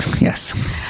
Yes